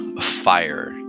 fire